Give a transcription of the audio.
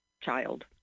child